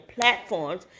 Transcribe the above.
platforms